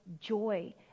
joy